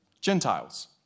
Gentiles